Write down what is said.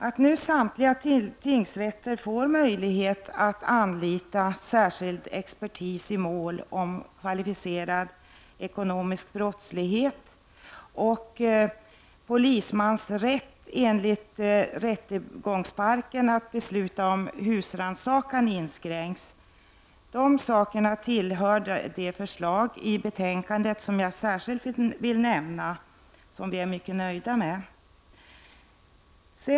Att samtliga tingsrätter nu får möjlighet att anlita särskild expertis i mål om kvalificerad ekonomisk brottslighet och att polismans rätt enligt rättegångsbalken att besluta om husrannsakan inskränks tillhör de förslag i betänkandet som jag särskilt vill nämna, och som vi är mycket nöjda med.